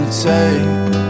take